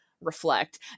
reflect